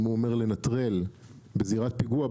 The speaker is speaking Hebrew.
אם הוא אומר לנטרל בזירת פיגוע,